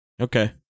Okay